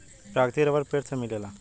प्राकृतिक रबर पेड़ से मिलेला